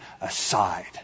aside